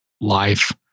life